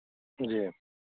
जी